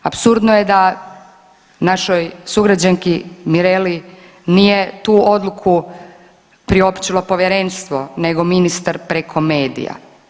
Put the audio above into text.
Apsurdno je da našoj sugrađanki Mireli nije tu odluku priopćilo povjerenstvo nego ministar preko medija.